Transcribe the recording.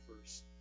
first